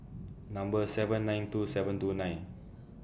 Number seven nine two seven two nine